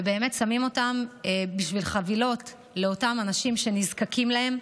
ושמים אותם בחבילות לאותם אנשים שנזקקים להם.